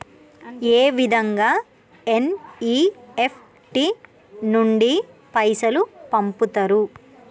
ఏ విధంగా ఎన్.ఇ.ఎఫ్.టి నుండి పైసలు పంపుతరు?